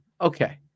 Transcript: okay